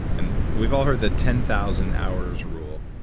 and we've all heard the ten thousand hours rule.